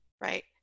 right